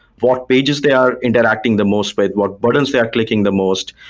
what pages they are interacting the most with, what buttons they are clicking the most,